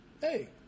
hey